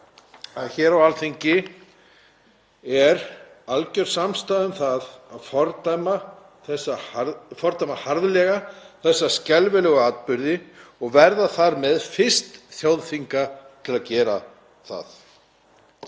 hér á Alþingi er algjör samstaða um það að fordæma harðlega þessa skelfilegu atburði og verða þar með fyrst þjóðþinga til að gera það.